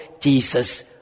Jesus